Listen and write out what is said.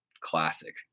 classic